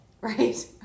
right